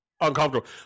uncomfortable